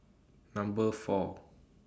Number four